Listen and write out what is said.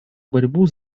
борьбу